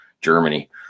Germany